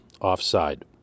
offside